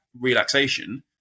relaxation